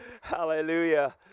Hallelujah